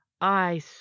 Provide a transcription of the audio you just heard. I